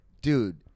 dude